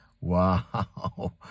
Wow